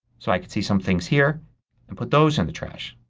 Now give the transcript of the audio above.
so i can see some things here and put those in the trash.